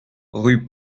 rue